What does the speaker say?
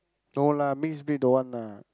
no lah mixed breed don't want lah